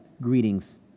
greetings